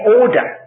order